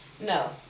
No